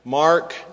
Mark